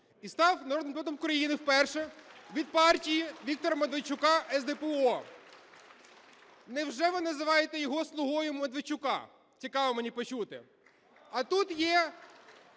і став народним депутатом України вперше від партії Віктора Медведчука СДПУ(о)? Невже ви називаєте його слугою Медведчука? Цікаво мені почути. А тут є